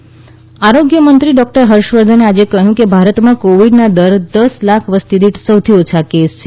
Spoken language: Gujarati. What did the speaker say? હર્ષ વર્ધન આરોગ્ય મંત્રી ડોક્ટર હર્ષ વર્ધને આજે કહ્યું કે ભારતમાં કોવિડના દર દસ લાખ વસતીદીઠ સૌથી ઓછા કેસ છે